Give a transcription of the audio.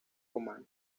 romana